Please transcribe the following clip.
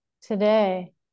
today